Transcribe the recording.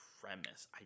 premise